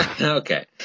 Okay